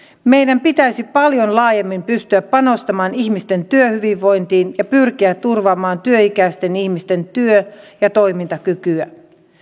meidän pitäisi paljon laajemmin pystyä panostamaan ihmisten työhyvinvointiin ja pyrkiä turvaamaan työikäisten ihmisten työ ja toimintakykyä